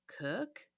cook